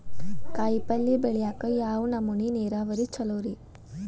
ಕಾಯಿಪಲ್ಯ ಬೆಳಿಯಾಕ ಯಾವ ನಮೂನಿ ನೇರಾವರಿ ಛಲೋ ರಿ?